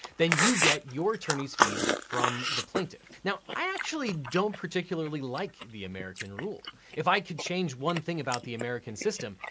then you get your attorneys fees from the plaintiff. now i actually don't particularly like the american rule. if i could change one thing about the american system,